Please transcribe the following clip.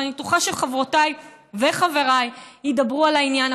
ואני בטוחה שחברותיי וחבריי ידברו על העניין,